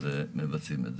את הביצוע.